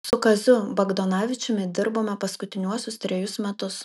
su kaziu bagdonavičiumi dirbome paskutiniuosius trejus metus